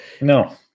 no